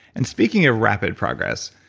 and speaking of rapid progress,